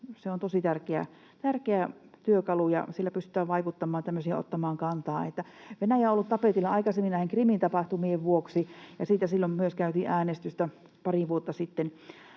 Se on tosi tärkeä työkalu, ja sillä pystytään vaikuttamaan ja ottamaan kantaa. Venäjä on ollut tapetilla aikaisemmin näiden Krimin tapahtumien vuoksi, ja siitä silloin myös käytiin äänestystä pari vuotta sitten.